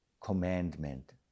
commandment